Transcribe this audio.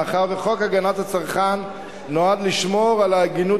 מאחר שחוק הגנת הצרכן נועד לשמור על ההגינות